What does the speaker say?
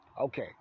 Okay